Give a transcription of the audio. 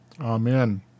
Amen